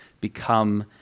become